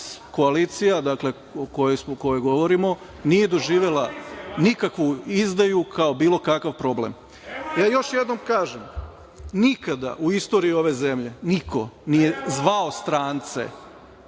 koalicija o kojoj govorimo nije doživela nikakvu izdaju kao bilo kakav problem. Još jednom kažem, nikada u istoriji ove zemlje niko nije zvao strance